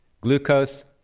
glucose